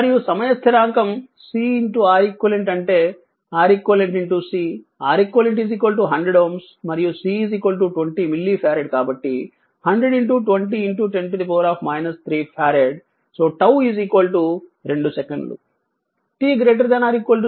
మరియు సమయ స్థిరాంకం CReq అంటే ReqC Req 100 Ω మరియు C 20 మిల్లి ఫారెడ్ కాబట్టి 100 20 10 3 ఫారెడ్ 𝝉 2 సెకన్లు